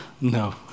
No